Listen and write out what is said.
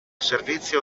servizio